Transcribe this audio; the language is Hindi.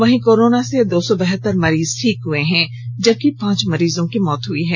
वहीं कोरोना से दो सौ बहत्तर मरीज ठीक हुए हैं जबकि पांच मरीजों की मौत हुई है